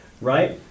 right